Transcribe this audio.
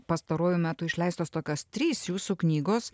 pastaruoju metu išleistos tokios trys jūsų knygos